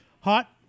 Hot